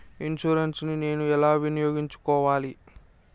Insurance ని నేను ఎలా వినియోగించుకోవాలి?